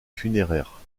funéraire